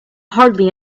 hardly